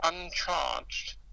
uncharged